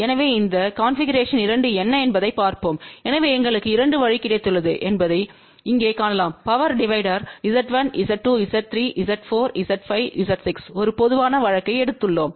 எனவே இந்த கன்பிகுரேஷன்வு 2 என்ன என்பதைப் பார்ப்போம் எனவே எங்களுக்கு 2 வழி கிடைத்துள்ளது என்பதை இங்கே காணலாம் பவர் டிவைடர் Z1Z2Z3Z4Z5Z6ஒரு பொதுவான வழக்கை எழுதியுள்ளோம்